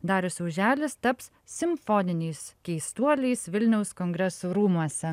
darius auželis taps simfoniniais keistuoliais vilniaus kongresų rūmuose